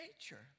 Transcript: nature